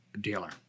dealer